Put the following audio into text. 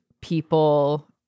people